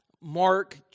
Mark